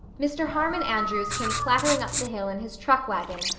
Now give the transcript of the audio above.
mr. harmon andrews came clattering up the hill in his truck wagon,